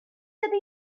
ydy